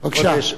בבקשה.